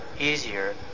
easier